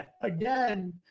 again